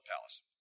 palace